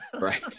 Right